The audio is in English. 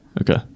Okay